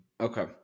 Okay